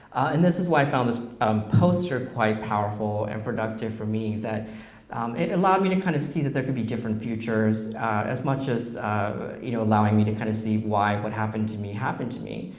and this is why i found this poster quite powerful and productive for me, that it allowed me to kind of see that there could be different futures as much as you know allowing me to kind of see why what happened to me happened to me.